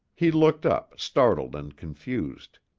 he looked up, startled and confused.